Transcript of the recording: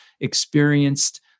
experienced